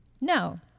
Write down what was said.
No